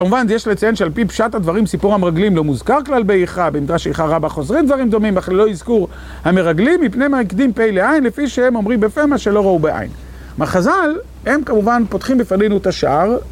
כמובן, זה יש לציין שעל פי פשט הדברים סיפור המרגלים לא מוזכר כלל באיכה, במדרש איכה רבה חוזרים דברים דומים, אך ללא אזכור המרגלים, מפני מה הקדים פה לעין, לפי שהם אומרים בפה מה שלא ראו בעין. חז"ל, הם כמובן פותחים בפנינו את השער